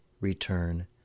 return